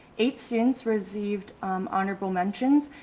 eight students received honorable mentions,